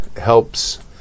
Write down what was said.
helps